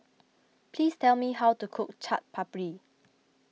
please tell me how to cook Chaat Papri